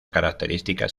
características